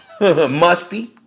musty